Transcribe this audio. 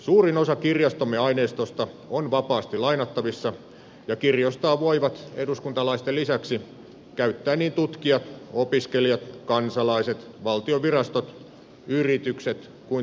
suurin osa kirjastomme aineistosta on vapaasti lainattavissa ja kirjastoa voivat eduskuntalaisten lisäksi käyttää niin tutkijat opiskelijat kansalaiset valtion virastot yritykset kuin tiedotusvälineetkin